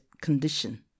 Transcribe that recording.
condition